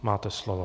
Máte slovo.